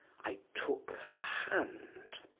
i took her hand.